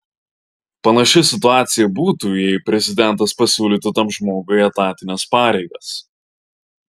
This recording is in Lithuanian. panaši situacija būtų jei prezidentas pasiūlytų tam žmogui etatines pareigas